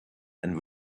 and